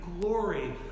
glory